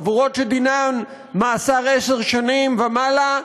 עבירות שדינן מאסר עשר שנים ומעלה,